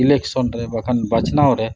election ᱨᱮ ᱵᱟᱠᱷᱟᱱ ᱵᱟᱪᱷᱱᱟᱣᱨᱮ